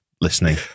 listening